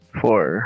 four